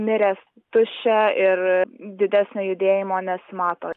miręs tuščia ir didesnio judėjimo nesimato